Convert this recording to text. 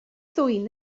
ddwyn